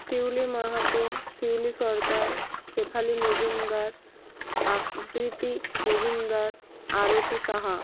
Shiuli Mahato Shiuli Sarkar Shefali Majumdar Abriti Majumdar Arati Saha